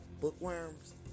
bookworms